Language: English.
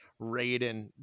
Raiden